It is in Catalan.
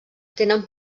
tenen